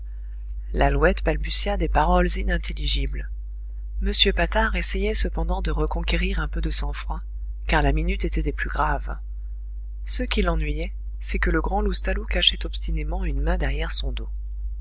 lalouette balbutia des paroles inintelligibles m patard essayait cependant de reconquérir un peu de sang-froid car la minute était des plus graves ce qui l'ennuyait c'est que le grand loustalot cachait obstinément une main derrière son dos